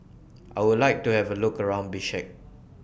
I Would like to Have A Look around Bishkek